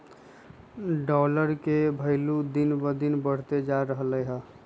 dollar के भइलु दिन पर दिन बढ़इते जा रहलई ह